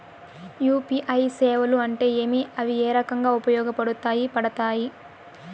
UPI సేవలు అంటే ఏమి, అవి ఏ రకంగా ఉపయోగపడతాయి పడతాయి?